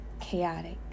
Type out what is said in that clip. chaotic